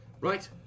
Right